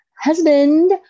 husband